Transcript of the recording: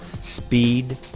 speed